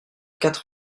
quatre